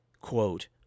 quote